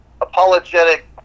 apologetic